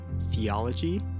theology